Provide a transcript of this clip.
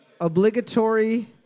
obligatory